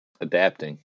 Adapting